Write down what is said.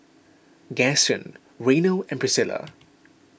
Gaston Reno and Priscilla